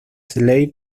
slave